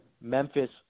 Memphis